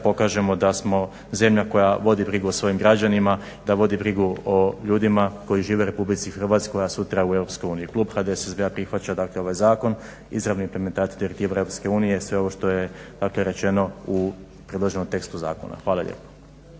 pokažemo da smo zemlja koja vodi brigu o svojim građanima, da vodi brigu o ljudima koji žive u RH a sutra u EU. Klub HDSSB-a prihvaća, dakle ovaj zakon, izravne implementacije direktiva EU, sve ovo što je rečeno u predloženom tekstu zakona. Hvala lijepo.